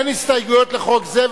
אין הסתייגויות לחוק זה,